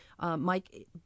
Mike